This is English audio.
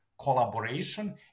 collaboration